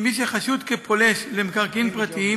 ממי שחשוד כפולש למקרקעין פרטיים